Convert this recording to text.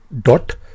dot